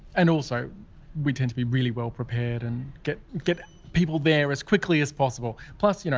and also we tend to be really well prepared and get get people there as quickly as possible. plus, you know